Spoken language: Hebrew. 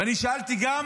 שאלתי גם